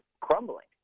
crumbling